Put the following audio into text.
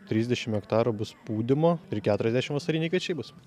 trisdešim hektarų bus pūdymo ir keturiasdešim vasariniai kviečiai bus